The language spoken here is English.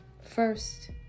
first